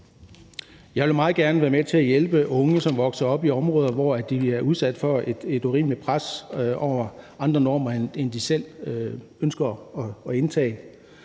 Jeg vil meget gerne være med til at hjælpe unge, som vokser op i områder, hvor de er udsat for et urimeligt pres fra andre normer end dem, som de ikke ønsker at indtage.